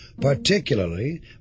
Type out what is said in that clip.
particularly